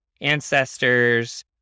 ancestors